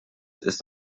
ist